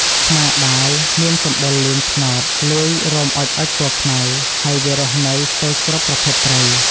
ឆ្មាដាវមានសម្បុរលឿង-ត្នោត លាយរោមអុចៗពណ៌ខ្មៅ ហើយវារស់នៅស្ទើគ្រប់ប្រភេទព្រៃ ។